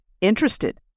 interested